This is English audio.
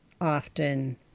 often